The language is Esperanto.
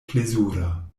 plezura